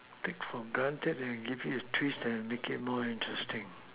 take for granted and give it a twist and make it more interesting